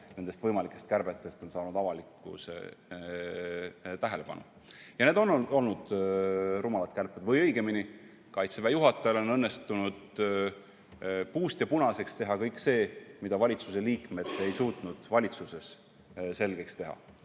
nendest võimalikest kärbetest on saanud avalikkuse tähelepanu. Need on olnud rumalad kärped. Õigemini, Kaitseväe juhatajal on õnnestunud puust ja punaseks teha kõik see, mida valitsuse liikmed ei suutnud valitsuses selgeks teha.